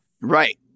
Right